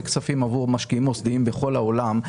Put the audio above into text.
כספים עבור משקיעים מוסדיים בכל העולם,